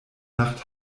nacht